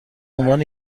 عنوان